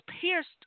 pierced